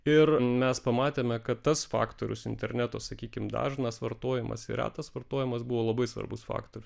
ir mes pamatėme kad tas faktorius interneto sakykim dažnas vartojimas ir retas vartojimas buvo labai svarbus faktorius